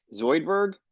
zoidberg